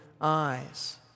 eyes